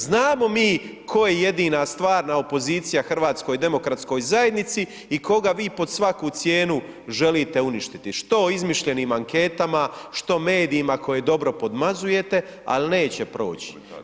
Znamo mi koja je jedina stvarna opozicija HDZ-u i koga vi pod svaku cijenu želite uništiti, što izmišljenim anketama, što medijima koje dobro podmazujete, ali neće proći.